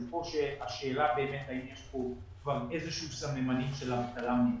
כאן השאלה האם יש כאן איזה שהם סממנים של אבטלה.